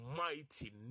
mighty